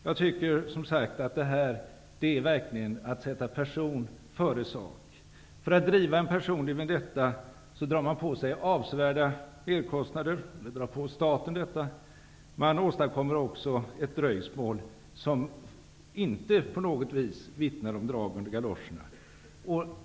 Jag tycker som sagt att detta verkligen är att sätta person före sak. För att driva en personlig vendetta drar man på sig avsevärda merkostnader -- ni drar på staten merkostnader. Man åstadkommer också ett dröjsmål som inte på något vis vittnar om drag under galoscherna.